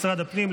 משרד הפנים,